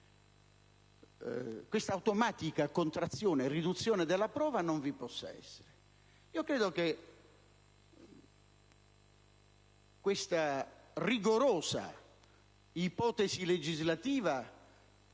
questa automatica contrazione e riduzione della prova non vi possa essere. Credo che questa rigorosa ipotesi legislativa